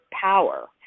power